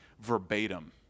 verbatim